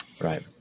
right